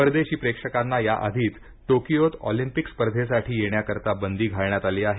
परदेशी प्रेक्षकांना याआधीच टोकियोत ऑलिंपिक स्पर्धेसाठी येण्याकरिता बंदी घालण्यात आली आहे